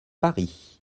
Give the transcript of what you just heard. paris